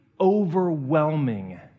overwhelming